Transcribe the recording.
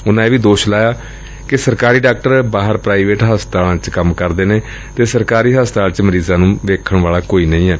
ਉਨੂਾ ਇਹ ਵੀ ਦੋਸ਼ ਲਾਇਆ ਕਿ ਸਰਕਾਰੀ ਡਾਕਟਰ ਬਾਹਰ ਪ੍ਰਾਈਵੇਟ ਹਸਪਤਾਲਾਂ ਚ ਕੰਮ ਕਰ ਰਹੇ ਨੇ ਅਤੇ ਸਰਕਾਰੀ ਹਸਪਤਾਲ ਚ ਮਰੀਜਾਂ ਨੂੰ ਵੇਖਣ ਵਾਲਾ ਕੋਈ ਨਹੀਂ ਏ